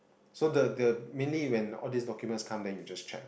so the the mainly when all these documents come then you just check